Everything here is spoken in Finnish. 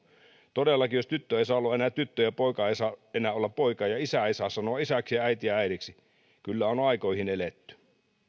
todellakin jos tyttö ei saa olla enää tyttö ja poika ei saa enää olla poika ja ja isää ei saa sanoa isäksi ja äitiä äidiksi kyllä on aikoihin eletty